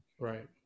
right